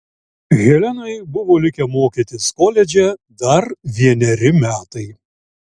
helenai buvo likę mokytis koledže dar vieneri metai